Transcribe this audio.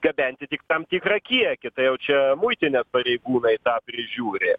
gabenti tik tam tikrą kiekį tai jau čia muitinės pareigūnai tą prižiūri